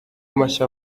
mashya